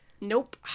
Nope